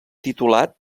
titulat